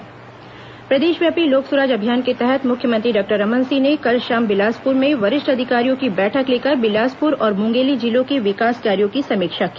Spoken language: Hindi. लोक सुराज अभियान प्रदेशव्यापी लोक सुराज अभियान के तहत मुख्यमंत्री डॉक्टर रमन सिंह ने कल शाम बिलासपुर में वरिष्ठ अधिकारियों की बैठक लेकर बिलासपुर और मुंगेली जिलों के विकास कार्यों की समीक्षा की